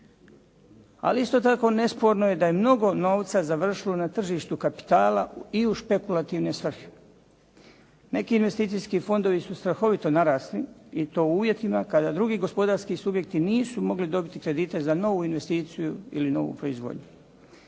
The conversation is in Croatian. Ali isto tako nesporno je da je mnogo novca završilo na tržištu kapitala i u špekulativne tvrtke. Neki investicijski fondovi su strahovito narasli i to u uvjetima kada drugi gospodarski subjekti nisu mogli dobiti kredite za novu investiciju ili novu proizvodnju.